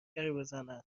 بزنند